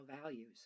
values